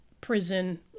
prison